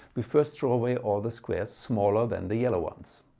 we first throw away all the squares smaller than the yellow ones.